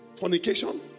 fornication